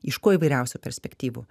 iš kuo įvairiausių perspektyvų